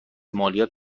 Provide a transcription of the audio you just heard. مالیات